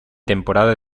temporada